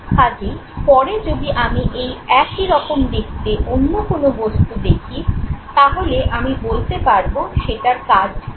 কাজেই পরে যদি আমি এই একইরকম দেখতে অন্য কোন বস্তু দেখি তাহলে আমি বলতে পারবো সেটার কাজ কী